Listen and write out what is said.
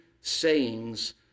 sayings